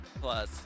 Plus